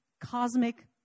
cosmic